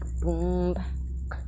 boom